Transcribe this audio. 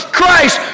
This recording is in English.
Christ